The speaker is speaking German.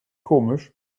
komisch